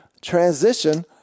transition